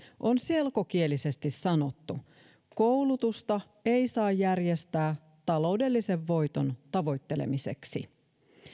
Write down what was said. on selkokielisesti sanottu että koulutusta ei saa järjestää taloudellisen voiton tavoittelemiseksi